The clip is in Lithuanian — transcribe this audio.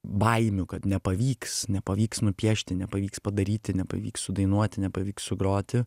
baimių kad nepavyks nepavyks nupiešti nepavyks padaryti nepavyks sudainuoti nepavyks sugroti